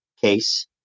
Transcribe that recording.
case